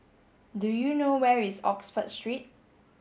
do you know where is Oxford Street